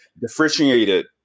differentiated